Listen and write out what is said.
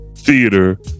theater